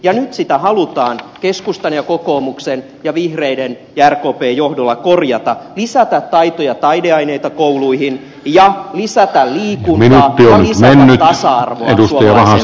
nyt sitä halutaan keskustan ja kokoomuksen ja vihreiden ja rkpn johdolla korjata lisätä taito ja taideaineita kouluihin ja lisätä liikuntaa ja lisätä tasa arvoa suomalaiseen peruskouluun